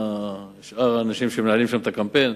לשאר האנשים שמנהלים שם את הקמפיין,